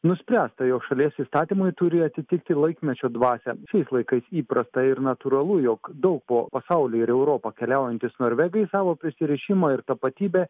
nuspręsta jog šalies įstatymai turi atitikti laikmečio dvasią šiais laikais įprasta ir natūralu jog daug po pasaulį ir europą keliaujantys norvegai savo prisirišimą ir tapatybę